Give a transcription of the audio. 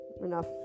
enough